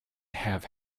have